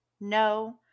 no